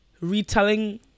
retelling